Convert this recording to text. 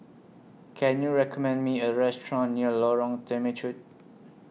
Can YOU recommend Me A Restaurant near Lorong Temechut